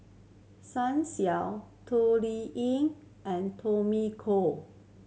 Xiao Toh Liying and Tommy Koh